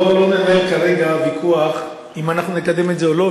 בוא לא ננהל כרגע ויכוח אם אנחנו נקדם את זה או לא.